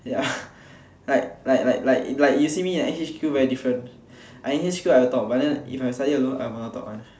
ya like like like like you see me at H_Q very different I in H_Q I will talk but than if I study alone I won't talk [one]